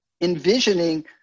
envisioning